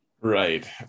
Right